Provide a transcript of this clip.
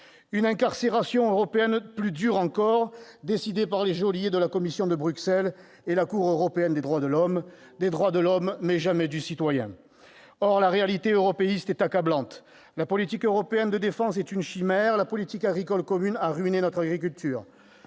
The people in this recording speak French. Une incarcération européenne plus dure encore, décidée par les geôliers de la Commission de Bruxelles et la Cour européenne des droits de l'homme- des droits de l'homme, mais jamais du citoyen ! Or la réalité européiste est accablante : la politique européenne de défense est une chimère ; la politique agricole commune a ruiné notre agriculture